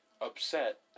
upset